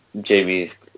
Jamie's